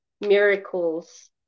Miracles